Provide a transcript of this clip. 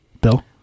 Bill